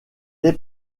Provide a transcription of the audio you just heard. est